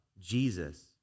Jesus